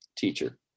Teacher